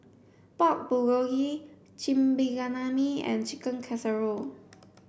Pork Bulgogi Chigenabe and Chicken Casserole